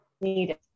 needed